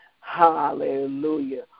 Hallelujah